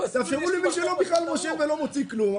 תאפשרו למי שלא מורשה ולא מוציא כלום,